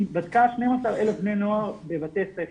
היא בדקה 12,000 בני נוער בבתי ספר.